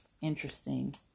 interesting